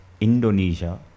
Indonesia